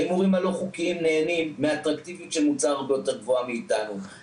ההימורים הלא חוקיים נהנים מאטרקטיביות של מוצר הרבה יותר גבוהה מאתנו,